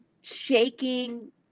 shaking